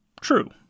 true